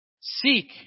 seek